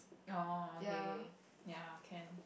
oh okay ya can